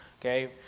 okay